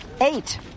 Eight